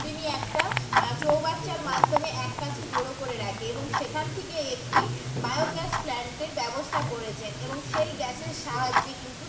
তিনি একটা চৌবাচ্চার মাধ্যমে এককাছে জড়ো করে রাখে এবং সেখান থেকে একটি বায়োগ্যাস প্ল্যান্টের ব্যবস্থা করেছেন এবং সেই গ্যাসের সাহায্যে কিন্তু